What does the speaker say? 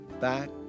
back